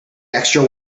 extra